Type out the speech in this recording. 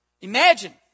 Imagine